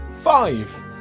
Five